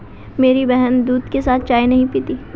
मेरी बहन दूध के साथ चाय नहीं पीती